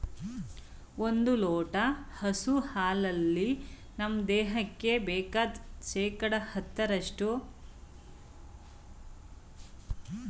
ಒಂದ್ ಲೋಟ ಹಸು ಹಾಲಲ್ಲಿ ನಮ್ ದೇಹಕ್ಕೆ ಬೇಕಾದ್ ಶೇಕಡಾ ಹತ್ತರಷ್ಟು ಪೊಟ್ಯಾಶಿಯಂ ಸಿಗ್ತದೆ